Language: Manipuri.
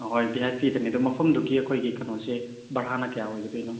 ꯑꯍꯣꯏ ꯚꯤ ꯑꯥꯏ ꯄꯤꯗꯅꯦ ꯑꯗꯣ ꯃꯐꯝꯗꯨꯒꯤ ꯑꯩꯈꯣꯏꯒꯤ ꯀꯩꯅꯣꯁꯦ ꯚꯔꯥꯅ ꯀꯌꯥ ꯑꯣꯏꯒꯗꯣꯏꯅꯣ